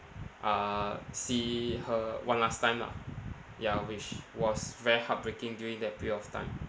uh see her one last time lah ya which was very heartbreaking during that period of time